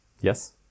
Yes